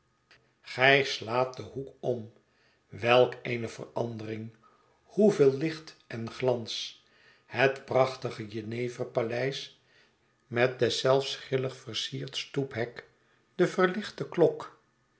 gij slaat den hoek om welk eene verandering hoeveel licht en glans i het prachtige jeneverpaleis met deszelfs grillig versierd stoephek de verlichte klok